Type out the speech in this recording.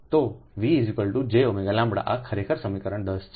તોVjωλઆ ખરેખર સમીકરણ 10 છે